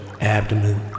abdomen